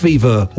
Fever